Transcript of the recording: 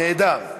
נהדר.